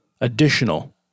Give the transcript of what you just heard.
additional